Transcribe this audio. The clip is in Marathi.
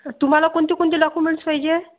तुम्हाला कोणते कोणते डॉक्यूमेंट्स पाहिजे